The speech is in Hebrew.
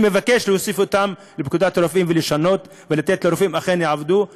מבקש להוסיף לפקודת הרופאים ולשנות ולתת לרופאים שאכן יעבדו ויחזרו.